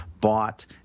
bought